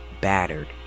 battered